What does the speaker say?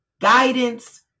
guidance